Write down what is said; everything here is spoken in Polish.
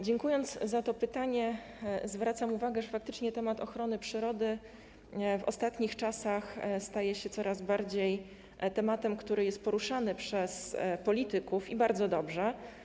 Dziękując za to pytanie, zwracam uwagę, że faktycznie temat ochrony przyrody w ostatnich czasach staje się tematem, który coraz bardziej jest poruszany przez polityków, i bardzo dobrze.